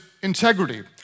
integrity